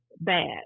bad